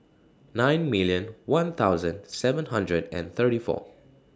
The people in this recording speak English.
nine million one thousand seven hundred and thirty four